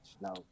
No